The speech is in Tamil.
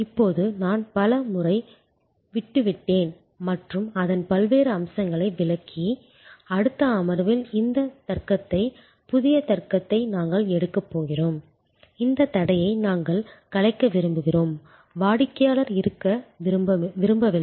இப்போது நான் பல முறை விட்டுவிட்டேன் மற்றும் அதன் பல்வேறு அம்சங்களை விளக்கி அடுத்த அமர்வில் இந்த தர்க்கத்தை புதிய தர்க்கத்தை நாங்கள் எடுக்கப் போகிறோம் இந்தத் தடையை நாங்கள் கலைக்க விரும்புகிறோம் வாடிக்கையாளர் இருக்க விரும்பவில்லை